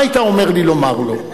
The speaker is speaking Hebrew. מה היית אומר לי לומר לו?